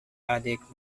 addict